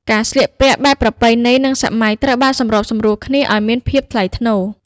ការស្លៀកពាក់បែបប្រពៃណី និងសម័យត្រូវបានសម្របសម្រួលគ្នាឱ្យមានភាពថ្លៃថ្នូរ។